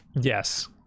yes